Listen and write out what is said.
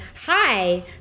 hi